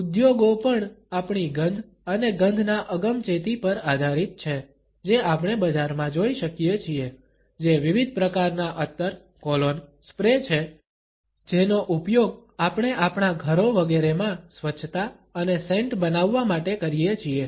ઉદ્યોગો પણ આપણી ગંધ અને ગંધના અગમચેતી પર આધારિત છે જે આપણે બજારમાં જોઈ શકીએ છીએ જે વિવિધ પ્રકારના અત્તર કોલોન સ્પ્રે છે જેનો ઉપયોગ આપણે આપણા ઘરો વગેરેમાં સ્વચ્છતા અને સેન્ટ બનાવવા માટે કરીએ છીએ